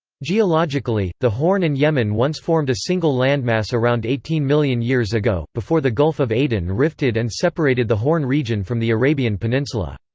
geologically, the horn and yemen once formed a single landmass around eighteen million years ago, before the gulf of aden rifted and separated the horn region from the arabian peninsula.